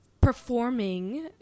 performing